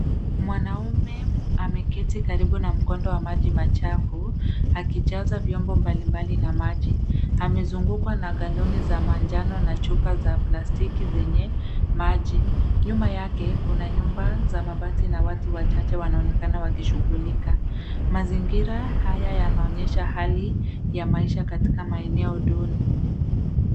Mwanaume ameketi karibu na mkondo ya maji machafu akijaza vyombo mbalimbali na maji, amezungukwa na galoni za manjano na chupa za plastiki zenye maji. Nyuma yake kuna nyumba za mabati na watu wachache wanaonekana wakishughulika. Mazingira haya yanaonyesha hali ya maisha katika maeneo duni.